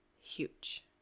huge